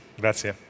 grazie